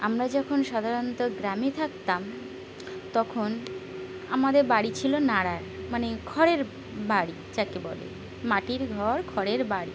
আমরা যখন সাধারণত গ্রামে থাকতাম তখন আমাদের বাড়ি ছিল নাড়ার মানে খড়ের বাড়ি যাকে বলে মাটির ঘর খড়ের বাড়ি